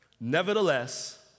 Nevertheless